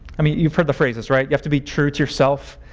i mean, you've heard the phrases, right? you have to be true to yourself.